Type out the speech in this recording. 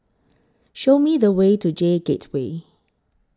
Show Me The Way to J Gateway